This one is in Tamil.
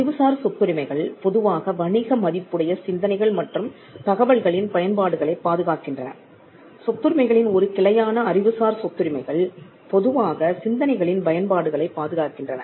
அறிவுசார் சொத்துரிமைகள் பொதுவாக வணிக மதிப்புடைய சிந்தனைகள் மற்றும் தகவல்களின் பயன்பாடுகளைப் பாதுகாக்கின்றன சொத்துரிமைகளின் ஒரு கிளையான அறிவுசார் சொத்துரிமைகள் பொதுவாக சிந்தனைகளின் பயன்பாடுகளைப் பாதுகாக்கின்றன